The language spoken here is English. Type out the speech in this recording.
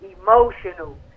emotional